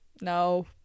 No